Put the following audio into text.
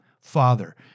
Father